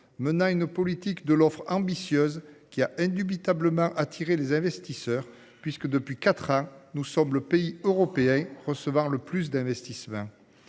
menant une politique de l'offre ambitieuse, qui a indubitablement attiré les investisseurs puisque, depuis quatre ans, la France est le pays européen qui reçoit le plus d'investissements